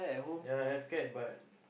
yeah have cat but